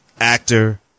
actor